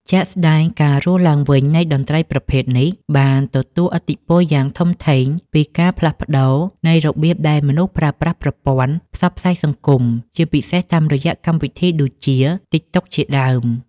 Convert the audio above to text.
ជាក់ស្តែង ការរស់ឡើងវិញនៃតន្ត្រីប្រភេទនេះបានទទួលឥទ្ធិពលយ៉ាងធំធេងពីការផ្លាស់ប្តូរនៃរបៀបដែលមនុស្សប្រើប្រាស់ប្រព័ន្ធផ្សព្វផ្សាយសង្គម ជាពិសេសតាមរយៈកម្មវិធីដូចជា TikTok ជាដើម។